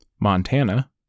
Montana